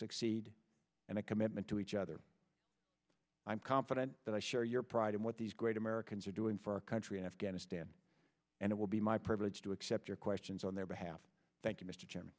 succeed and a commitment to each other i am confident that i share your pride in what these great americans are doing for our country in afghanistan and it will be my privilege to accept your questions on their behalf thank you m